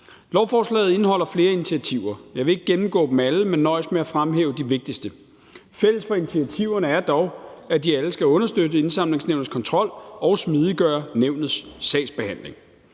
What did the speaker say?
Lovforslaget indeholder flere initiativer. Jeg vil ikke gennemgå dem alle, men nøjes med at fremhæve de vigtigste. Fælles for initiativerne er dog, at de alle skal understøtte Indsamlingsnævnets kontrol og smidiggøre nævnets sagsbehandling.